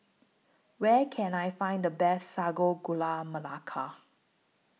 Where Can I Find The Best Sago Gula Melaka